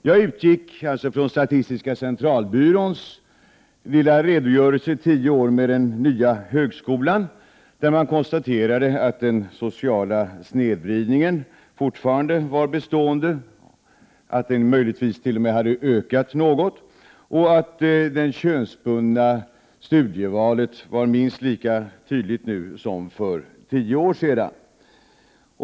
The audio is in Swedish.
Jag utgick alltså från statistiska centralbyråns redogörelse för tio år med den nya högskolan, där man konstaterade att den sociala snedvridningen fortfarande var bestående, att den möjligtvis t.o.m. hade ökat något och att det könsbundna studievalet var minst lika tydligt nu som för tio år sedan.